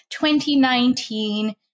2019